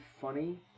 funny